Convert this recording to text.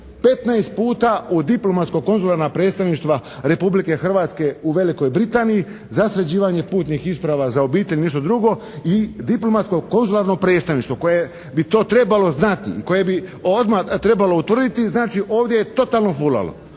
15 puta u diplomatsko konzularna predstavništva Republike Hrvatske u Velikoj Britaniji za sređivanje putnih isprava za obitelj ili nešto drugo i diplomatsko konzularno predstavništvo koje bi to trebalo znati i koje bi odmah trebalo utvrditi znači, ovdje je totalno fulalo.